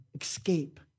escape